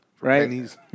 right